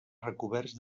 recoberts